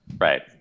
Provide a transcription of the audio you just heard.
right